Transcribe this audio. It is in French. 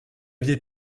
aviez